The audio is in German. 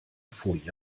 folie